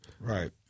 Right